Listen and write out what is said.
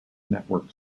network